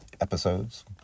episodes